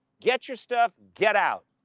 get your stuff, get out,